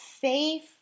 faith